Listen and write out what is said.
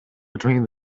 between